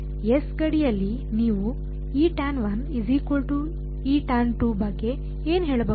S ಗಡಿಯಲ್ಲಿ ನೀವು ಬಗ್ಗೆ ಏನು ಹೇಳಬಹುದು